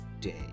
day